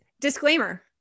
disclaimer